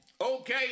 Okay